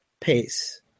pace